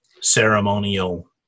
ceremonial